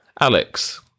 Alex